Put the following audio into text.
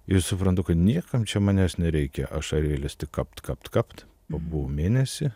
ir suprantu kad niekam čia manęs nereikia ašarėlės tik kapt kapt kapt pabuvau mėnesį